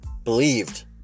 Believed